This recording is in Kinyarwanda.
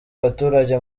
abaturage